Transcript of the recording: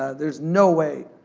ah there's no way,